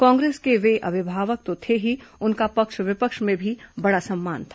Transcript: कांग्रेस के वे अभिभावक तो थे ही उनका पक्ष विपक्ष में भी बड़ा सम्मान था